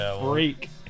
Freak